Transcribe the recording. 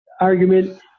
argument